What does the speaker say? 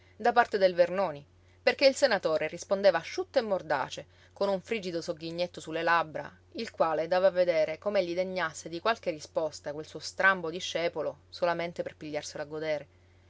da parte del vernoni perché il senatore rispondeva asciutto e mordace con un frigido sogghignetto su le labbra il quale dava a vedere com'egli degnasse di qualche risposta quel suo strambo discepolo solamente per pigliarselo a godere